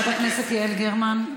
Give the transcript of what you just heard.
חברת הכנסת יעל גרמן,